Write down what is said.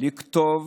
לכתוב